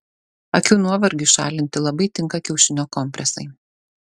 akių nuovargiui šalinti labai tinka kiaušinio kompresai